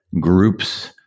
groups